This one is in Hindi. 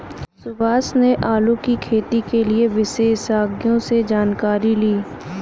सुभाष ने आलू की खेती के लिए विशेषज्ञों से जानकारी ली